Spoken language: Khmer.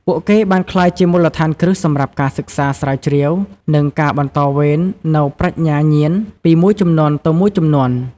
ពួកគេបានក្លាយជាមូលដ្ឋានគ្រឹះសម្រាប់ការសិក្សា ស្រាវជ្រាវ និងការបន្តវេននូវប្រាជ្ញាញាណពីមួយជំនាន់ទៅមួយជំនាន់។